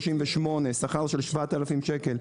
38, שכר של 7000 שקל.